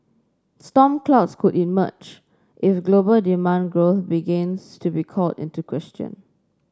storm clouds could emerge if global demand growth begins to be called into question